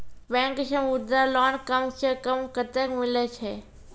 Bank से Mudra loan कम सऽ कम कतैय मिलैय छै?